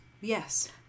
yes